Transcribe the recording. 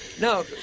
No